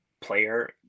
player